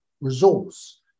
resource